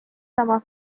sama